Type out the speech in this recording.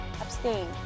Abstain